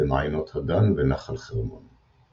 במעיינות הדן ונחל חרמון.